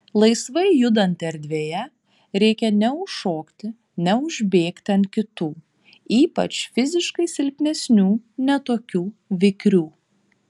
laisvai judant erdvėje reikia neužšokti neužbėgti ant kitų ypač fiziškai silpnesnių ne tokių vikrių